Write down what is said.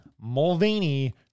Mulvaney